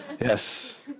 Yes